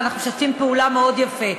ואנחנו משתפים פעולה מאוד יפה.